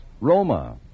Roma